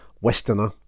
Westerner